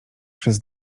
przez